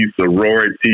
sorority